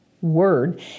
word